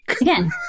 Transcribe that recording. again